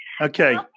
Okay